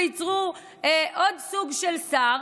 וייצרו עוד סוג של שר,